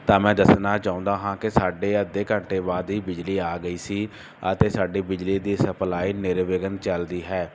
ਤਾਂ ਮੈਂ ਦੱਸਣਾ ਚਾਹੁੰਦਾ ਹਾਂ ਕਿ ਸਾਡੇ ਅੱਧੇ ਘੰਟੇ ਬਾਅਦ ਹੀ ਬਿਜਲੀ ਆ ਗਈ ਸੀ ਅਤੇ ਸਾਡੀ ਬਿਜਲੀ ਦੀ ਸਪਲਾਈ ਨਿਰਵਿਘਨ ਚਲਦੀ ਹੈ